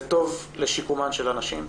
זה טוב לשיקומן של הנשים,